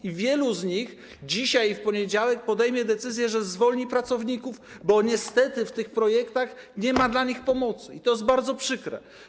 Wielu z nich dzisiaj i w poniedziałek podejmie decyzję, że zwolni pracowników, bo niestety w tych projektach nie ma dla nich pomocy, i to jest bardzo przykre.